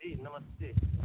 जी नमस्ते